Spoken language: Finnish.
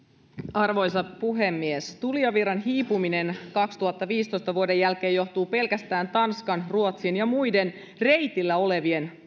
arvoisa puhemies tulijavirran hiipuminen vuoden kaksituhattaviisitoista jälkeen johtuu pelkästään tanskan ruotsin ja muiden reitillä olevien